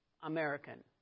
American